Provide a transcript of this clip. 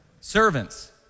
servants